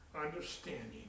understanding